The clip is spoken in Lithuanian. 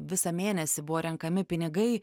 visą mėnesį buvo renkami pinigai